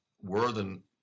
Worthen